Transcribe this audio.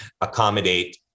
accommodate